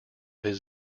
his